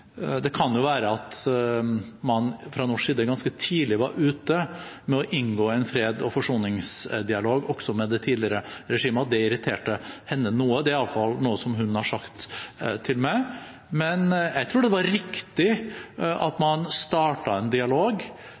Det kan jo være det at man fra norsk side ganske tidlig var ute med å inngå en fred og forsoningsdialog også med det tidligere regimet, og det irriterte henne noe. Det er i hvert fall noe hun har sagt til meg. Men jeg tror det var riktig at man startet en dialog